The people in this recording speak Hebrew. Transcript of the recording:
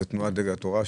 זה תנועת דגל התורה,